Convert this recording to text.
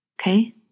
Okay